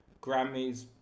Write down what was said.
Grammys